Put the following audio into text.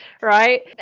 right